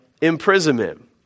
imprisonment